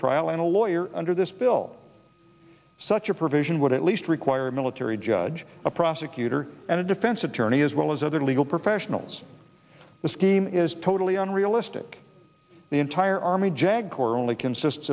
trial in a lawyer under this bill such a provision would at least require a military judge a prosecutor and a defense attorney as well as other legal professionals the scheme is totally unrealistic the entire army jag corps only consists